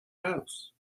house